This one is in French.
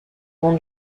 nom